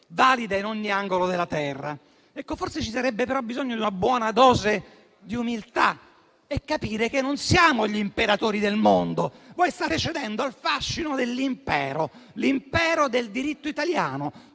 valida in ogni angolo della terra. Forse, però, ci sarebbe bisogno di una buona dose di umiltà, per capire che non siamo gli imperatori del mondo. Voi state cedendo al fascino dell'impero, l'impero del diritto italiano,